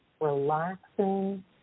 relaxing